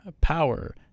power